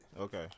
Okay